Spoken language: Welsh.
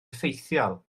effeithiol